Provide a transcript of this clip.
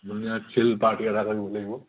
ধুনীয়া ছিল পাৰ্টি এটা কৰিব লাগিব